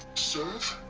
serve